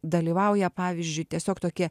dalyvauja pavyzdžiui tiesiog tokie